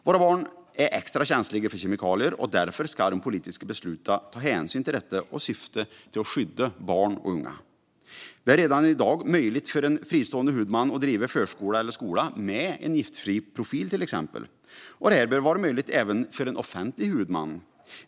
Våra barn är extra känsliga för kemikalier, och därför ska de politiska besluten ta hänsyn till detta och syfta till att skydda barn och unga. Det är redan i dag möjligt för en fristående huvudman att driva förskola eller skola med giftfri profil. Detta bör vara möjligt även för en offentlig huvudman.